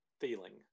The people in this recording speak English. feeling